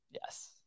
Yes